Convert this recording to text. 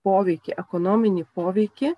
poveikį ekonominį poveikį